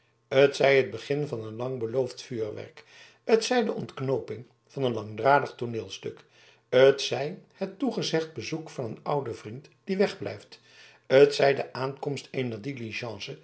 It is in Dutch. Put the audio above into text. t zij het begin van een lang beloofd vuurwerk t zij de ontknooping van een langdradig tooneelstuk t zij het toegezegd bezoek van een ouden vriend die wegblijft t zij de aankomst